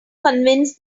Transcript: convince